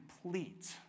complete